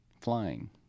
flying